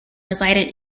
resided